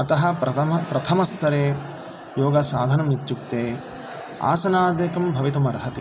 अतः प्रथमस्तरे योगसाधनमित्युक्ते आसनादिकं भवितुमर्हति